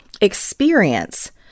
experience